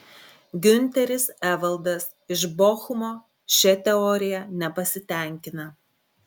giunteris evaldas iš bochumo šia teorija nepasitenkina